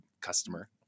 customer